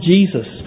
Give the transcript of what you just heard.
Jesus